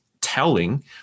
Telling